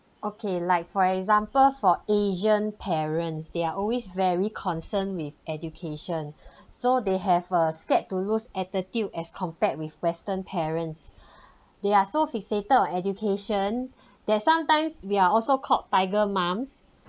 okay like for example for asian parents they're always very concerned with education so they have err scared to lose attitude as compared with western parents they are so fixated on education that sometimes we are also called tiger mums